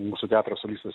mūsų teatro solistas